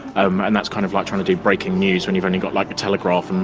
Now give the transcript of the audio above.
um and that's kind of like trying to do breaking news when you've only got like a telegraph